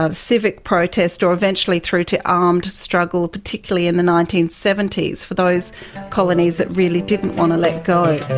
um civic protest or eventually through to armed struggle, particularly in the nineteen seventy s, for those colonies that really didn't want to let go.